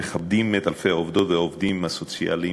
מכבדת את אלפי העובדות והעובדים הסוציאליים